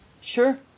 Sure